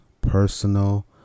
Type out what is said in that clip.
personal